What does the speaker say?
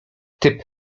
typ